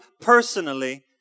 personally